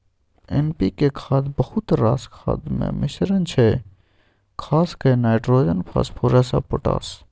NPK खाद बहुत रास खादक मिश्रण छै खास कए नाइट्रोजन, फास्फोरस आ पोटाश